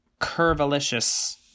curvilicious